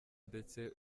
ndetse